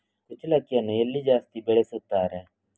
ಕುಚ್ಚಲಕ್ಕಿಯನ್ನು ಎಲ್ಲಿ ಜಾಸ್ತಿ ಬೆಳೆಸುತ್ತಾರೆ?